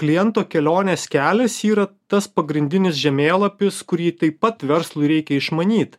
kliento kelionės kelias yra tas pagrindinis žemėlapis kurį taip pat verslui reikia išmanyt